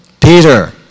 Peter